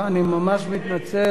אני ממש מתנצל.